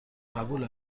قبول